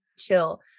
chill